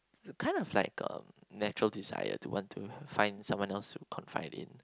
the kind of like um natural desire to want to find someone else to confide in